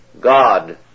God